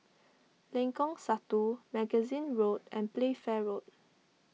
Lengkong Satu Magazine Road and Playfair Road